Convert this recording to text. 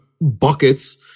buckets